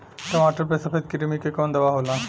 टमाटर पे सफेद क्रीमी के कवन दवा होला?